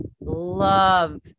love